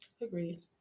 agreed